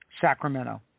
Sacramento